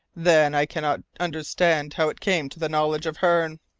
then i cannot understand how it came to the knowledge of hearne.